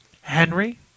Henry